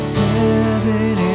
heaven